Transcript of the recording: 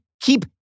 keep